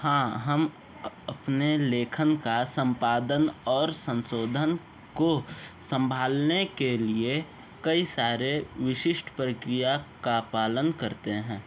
हाँ हम अपने लेखन का सम्पादन और संसोधन को सम्भालने के लिए कई सारे विशिष्ट प्रक्रिया का पालन करते हैं